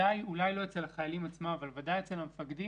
אולי לא אצל החיילים עצמם אבל ודאי אצל המפקדים